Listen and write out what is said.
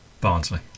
Barnsley